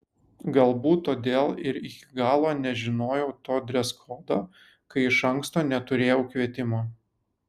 galbūt todėl ir iki galo nežinojau to dreskodo kai iš anksto neturėjau kvietimo